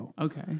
Okay